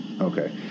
Okay